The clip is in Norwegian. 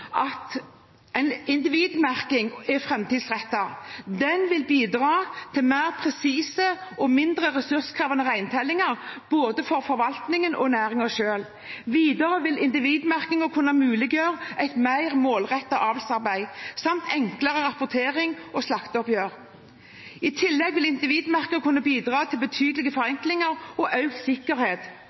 om at individmerking er framtidsrettet. Den vil bidra til mer presise og mindre ressurskrevende reintellinger for både forvaltningen og næringen selv. Videre vil individmerkingen kunne muliggjøre et mer målrettet avlsarbeid samt enklere rapportering og slakteoppgjør. I tillegg vil individmerking kunne bidra til betydelige forenklinger og økt sikkerhet